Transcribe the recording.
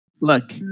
Look